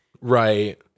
right